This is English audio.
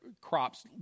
crops